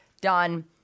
Done